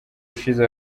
ushize